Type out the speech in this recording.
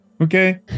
Okay